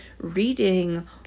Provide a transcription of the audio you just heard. reading